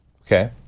Okay